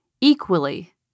equally